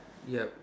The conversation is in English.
yup